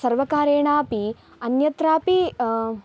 सर्वकारेणापि अन्यत्रापि